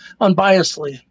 unbiasedly